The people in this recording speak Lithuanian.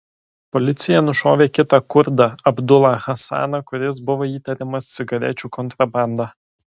policija nušovė kitą kurdą abdulą hasaną kuris buvo įtariamas cigarečių kontrabanda